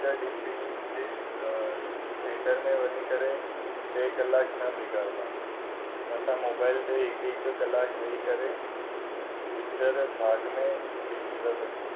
पिकिचरु ॾिसणी हुजे त थिएटर में वञी करे टे कलाक न बिगाड़दा असां मोबाइल ते ई हिकु हिकु कलाकु वेही करे पिकिचरु भाग में ॾिसी था सघूं